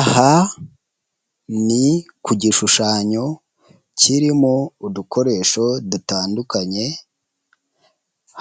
Aha ni ku gishushanyo kirimo udukoresho dutandukanye